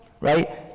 right